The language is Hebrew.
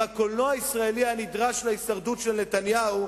אם הקולנוע הישראלי היה נדרש להישרדות של נתניהו,